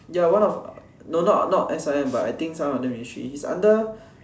ya one of no not not S_I_M but I think some of them ministry he's under